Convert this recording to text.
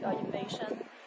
invasion